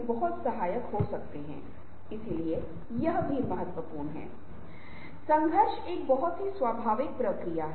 समय का प्रबंधन नहीं किया जा सकता क्योंकि यह एक दुर्गम कारक है समय प्रबंधन को समय की निगरानी और नियंत्रण के तरीके के रूप में देखा जा सकता है